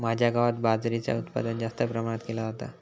माझ्या गावात बाजरीचा उत्पादन जास्त प्रमाणात केला जाता